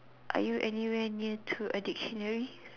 are you anywhere near to a dictionary